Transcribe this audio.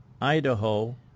Idaho